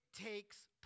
takes